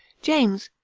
james,